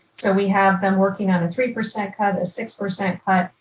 so we have them working on a three percent cut, a six percent cut,